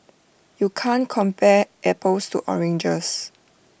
you can't compare apples to oranges